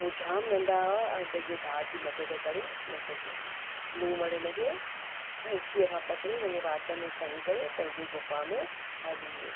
हो जाम नंढा हुआ ऐं पंहिंजे भाउ जी मदद करे न सघिया लूमड़ हिनखे ॻिचीअ खां पकिड़े पंहिंजे वात में खणी करे पंहिंजी गुफ़ा में हली वियो